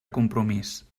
compromís